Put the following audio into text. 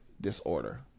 disorder